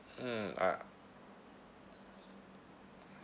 mm ah